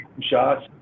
shots